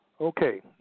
Okay